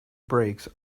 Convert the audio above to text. brakes